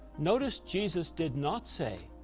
notice jesus did not say,